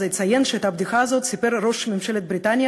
אז אציין שאת הבדיחה הזאת סיפר ראש ממשלת בריטניה